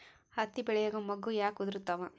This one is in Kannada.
ಹತ್ತಿ ಬೆಳಿಯಾಗ ಮೊಗ್ಗು ಯಾಕ್ ಉದುರುತಾವ್?